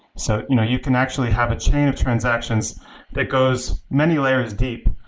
so you know you can actually have a chain of transactions that goes many layers deep.